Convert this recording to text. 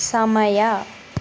ಸಮಯ